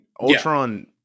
Ultron